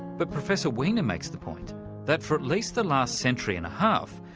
but professor weiner makes the point that for at least the last century-and-a-half,